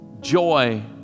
joy